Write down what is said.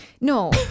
No